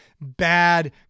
bad